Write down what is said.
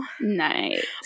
Nice